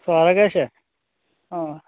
सारा किश ऐ हां